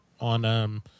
on